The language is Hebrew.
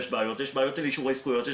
בעיות אישורי זכויות,